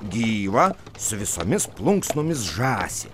gyvą su visomis plunksnomis žąsį